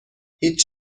هیچ